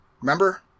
Remember